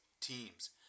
teams